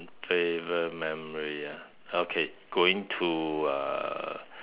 favourite memory ah okay going to uh